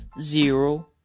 zero